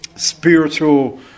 Spiritual